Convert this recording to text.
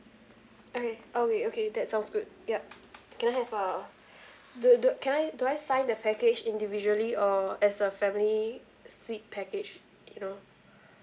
okay okay okay that sounds good ya can I have uh do do can I do I sign the package individually or as a family suite package you know